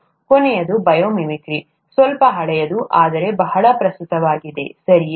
ಕೊನೆಯದು biomimicry ಸ್ವಲ್ಪ ಹಳೆಯದು ಆದರೆ ಬಹಳ ಪ್ರಸ್ತುತವಾಗಿದೆ ಸರಿಯೇ